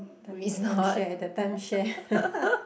time time share the time share